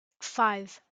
five